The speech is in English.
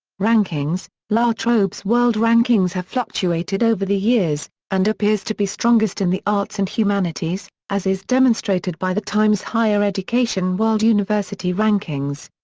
rankings la trobe's world rankings have fluctuated over the years, and appears to be strongest in the arts and humanities, as is demonstrated by the times higher education world university rankings.